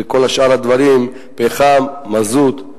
וכל שאר הדברים, פחם, מזוט,